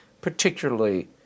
particularly